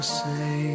say